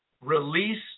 release